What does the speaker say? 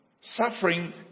suffering